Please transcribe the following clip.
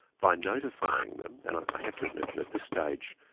by notifying them and i have to admit that at this stage,